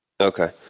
Okay